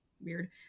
weird